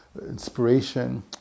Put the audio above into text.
inspiration